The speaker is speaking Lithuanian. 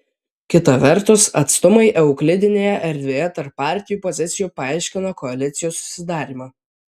kita vertus atstumai euklidinėje erdvėje tarp partijų pozicijų paaiškina koalicijų susidarymą